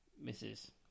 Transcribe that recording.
Misses